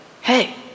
hey